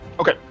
Okay